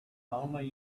only